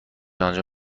آنجا